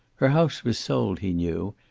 her house was sold, he knew,